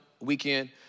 weekend